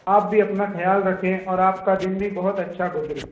آپ بھی اپنا خیال رکھیں اور آپ کا دن بھی بہت اچھا گزرے